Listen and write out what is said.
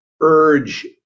urge